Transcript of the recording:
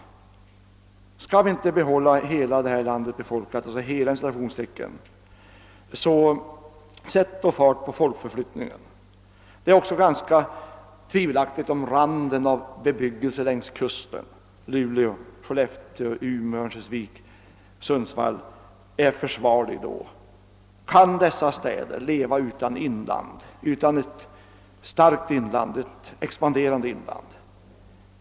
Skall vi inte behålla hela landet befolkat, så sätt fart på folkomflyttningen! Det är också tvivelaktigt om randen av bebyggelse längs kusten: Luleå, Skellefteå, Umeå, Örnsköldsvik, Sundsvall. Kan dessa städer leva utan ett starkt expanderande ibland?